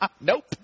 Nope